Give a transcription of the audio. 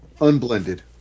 unblended